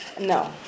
No